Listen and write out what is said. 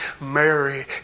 Mary